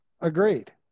Agreed